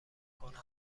کنن